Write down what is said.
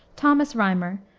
thomas rymer,